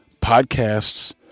podcasts